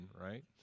right